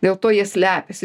dėl to jie slepiasi